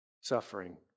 suffering